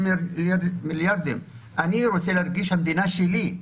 אני רוצה להרגיש שהמדינה שלי.